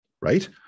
right